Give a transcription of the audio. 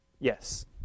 Yes